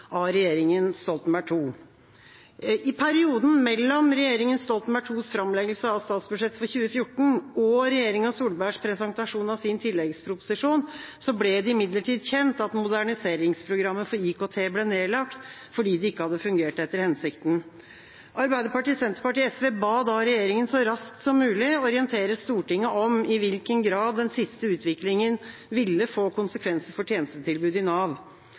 av regjeringa Stoltenberg II. I perioden mellom Stoltenberg II-regjeringas framleggelse av statsbudsjettet for 2014 og regjeringa Solbergs presentasjon av sin tilleggsproposisjon ble det imidlertid kjent at moderniseringsprogrammet for IKT ble nedlagt fordi det ikke hadde fungert etter hensikten. Arbeiderpartiet, Senterpartiet og SV ba da regjeringa om så raskt som mulig å orientere Stortinget om i hvilken grad den siste utviklinga ville få konsekvenser for tjenestetilbudet i Nav.